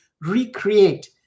recreate